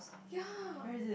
ya